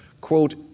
quote